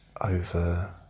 over